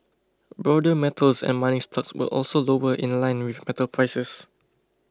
broader metals and mining stocks were also lower in line with metal prices